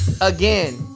Again